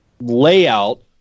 layout